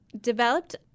developed